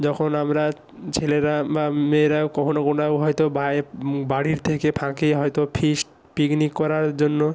যখন আমরা ছেলেরা বা মেয়েরা কখনো কোনাও হয়তো বায়ে বাড়ির থেকে ফাঁকে হয়তো ফিস্ট পিকনিক করার জন্য